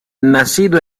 nacido